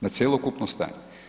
Na cjelokupno stanje.